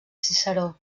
ciceró